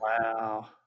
Wow